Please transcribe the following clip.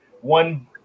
One